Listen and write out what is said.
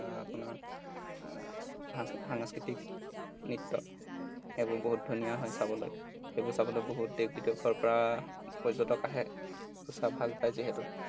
আপোনাৰ সাং সাংস্কৃতিক নৃত্য সেইবোৰ বহুত ধুনীয়া হয় চাবলৈ সেইবোৰ চাবলৈ বহুত দেশ বিদেশৰ পৰা পৰ্যটক আহে চাই ভাগ পায় যিহেতু